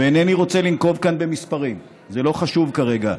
ואינני רוצה לנקוב כאן במספרים, זה לא חשוב כרגע,